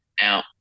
now